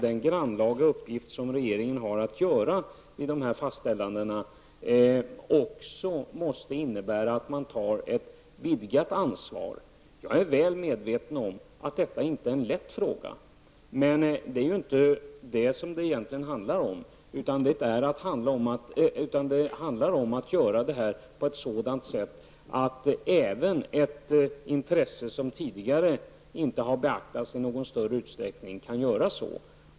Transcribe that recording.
De grannlaga uppgifter som regeringen har när det gäller att fastställa saker och ting på detta område innebär att man också tar ett vidgat ansvar. Jag är väl medveten om att det inte är lätt. Men vad det handlar om är att också beakta ett intresse som inte tidigare har beaktats i någon större utsträckning.